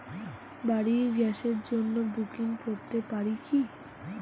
বাড়ির গ্যাসের জন্য বুকিং করতে পারি কি?